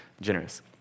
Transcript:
generous